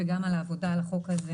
לדרוש ממגיש הבקשה מידע ומסמכים נוספים;